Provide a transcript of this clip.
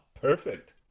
perfect